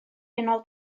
unol